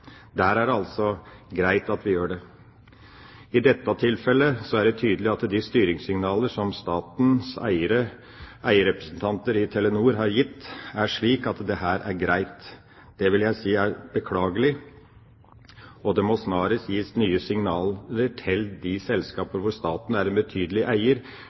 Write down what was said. er det altså greit at vi gjør det. I dette tilfellet er det tydelig at de styringssignaler som statens eierrepresentanter i Telenor har gitt, er slik at det er greit. Det vil jeg si er beklagelig, og det må snarest gis nye signaler til de selskaper der staten er en betydelig eier,